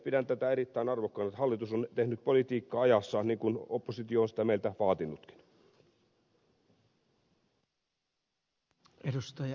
pidän erittäin arvokkaana että hallitus on tehnyt politiikkaa ajassa niin kuin oppositio on meiltä vaatinutkin